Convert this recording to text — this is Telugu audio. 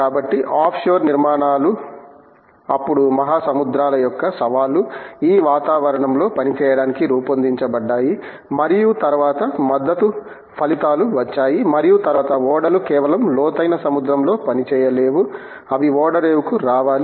కాబట్టి ఆఫ్షోర్ నిర్మాణాలు అప్పుడు మహాసముద్రాల యొక్క సవాలు ఈ వాతావరణంలో పనిచేయడానికి రూపొందించబడ్డాయి మరియు తరువాత మద్దతు ఫలితాలు వచ్చాయి మరియు తరువాత ఓడలు కేవలం లోతైన సముద్రంలో పనిచేయలేవు అవి ఓడరేవుకు రావాలి